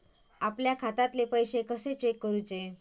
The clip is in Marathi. आपल्या खात्यातले पैसे कशे चेक करुचे?